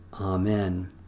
Amen